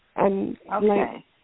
Okay